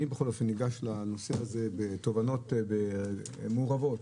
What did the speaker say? אני ניגש לנושא הזה בתובנות מעורבות.